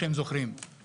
את